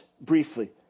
briefly